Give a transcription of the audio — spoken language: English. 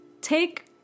take